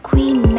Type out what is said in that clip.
Queen